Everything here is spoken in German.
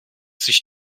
sich